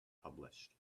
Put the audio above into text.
published